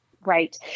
Right